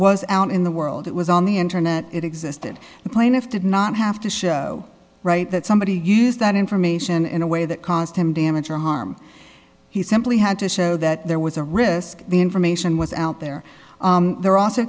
was out in the world it was on the internet it existed the plaintiff did not have to show right that somebody use that information in a way that caused him damage or harm he simply had to show that there was a risk the information was out there there are also